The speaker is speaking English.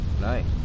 nice